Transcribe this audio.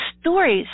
stories